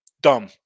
Dumb